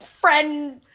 friend